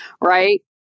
right